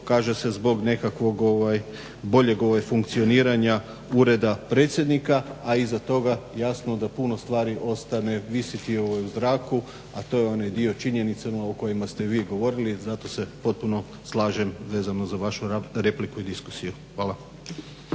kaže se zbog nekakvog boljeg funkcioniranja ureda Predsjednika a iza toga jasno da puno stvari ostane visjeti u zraku a to je onaj dio o činjenicama o kojima ste vi govorili, zato se potpuno slažem vezano za vašu repliku i diskusiju. Hvala.